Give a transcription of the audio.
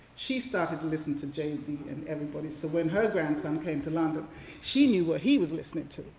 she started to listen to jay z and everybody, so when her grandson came to london she knew what he was listening to.